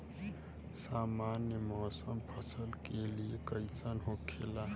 सामान्य मौसम फसल के लिए कईसन होखेला?